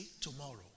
tomorrow